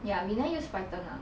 ya we never use Python lah